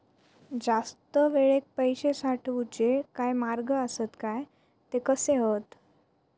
जास्त वेळाक पैशे साठवूचे काय मार्ग आसत काय ते कसे हत?